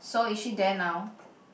so is she there now